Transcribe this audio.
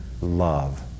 love